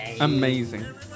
Amazing